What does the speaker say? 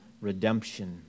redemption